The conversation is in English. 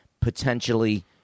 potentially